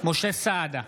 משה סעדה,